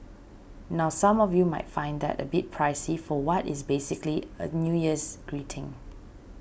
now some of you might find that a bit pricey for what is basically a New Year's greeting